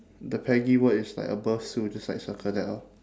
the peggy word is like above sue just like circle that lor